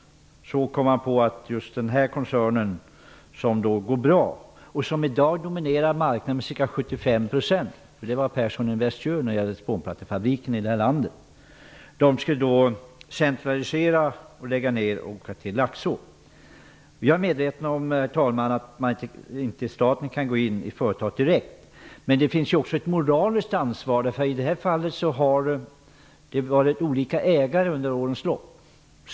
Så kom man på att just denna koncern, som går bra och som i dag dominerar marknaden med ca 75 %-- det är vad Persson Invest gör när det gäller spånplattor i detta land -- Herr talman! Jag är medveten om att staten inte kan gå in i företaget direkt. Men det finns också ett moraliskt ansvar. I detta fall har det varit olika ägare under årens lopp.